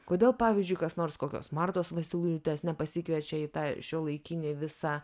kodėl pavyzdžiui kas nors kokios martos vasiulytės nepasikviečia į tą šiuolaikinį visą